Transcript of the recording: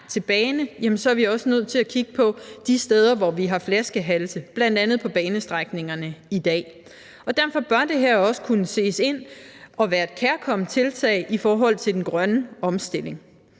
til bane, så er vi også nødt til at kigge på de steder, hvor vi har flaskehalse, bl.a. på banestrækningerne, i dag. Derfor bør det her også kunne ses som et kærkomment tiltag i forhold til den grønne omstilling.